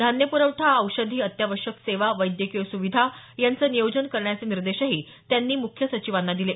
धान्य पुरवठा औषधी अत्यावश्यक सेवा वैद्यकीय सुविधा यांचं नियोजन करण्याचे निर्देशही त्यांनी मुख्य सचिवांना दिले